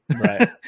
Right